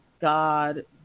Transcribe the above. God